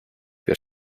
your